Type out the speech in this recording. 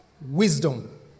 wisdom